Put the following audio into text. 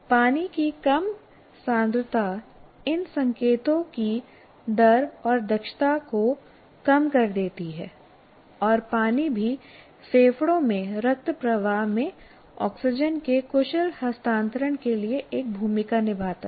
पानी की कम सांद्रता इन संकेतों की दर और दक्षता को कम कर देती है और पानी भी फेफड़ों में रक्त प्रवाह में ऑक्सीजन के कुशल हस्तांतरण के लिए एक भूमिका निभाता है